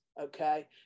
okay